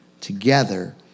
together